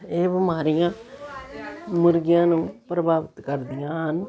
ਇਹ ਬਿਮਾਰੀਆਂ ਮੁਰਗੀਆਂ ਨੂੰ ਪ੍ਰਭਾਵਿਤ ਕਰਦੀਆਂ ਹਨ